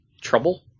Trouble